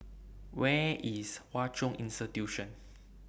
Where IS Hwa Chong Institution